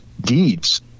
deeds